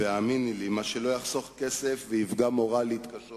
והאמיני לי, מה שלא יחסוך כסף ויפגע מורלית קשות